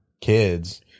kids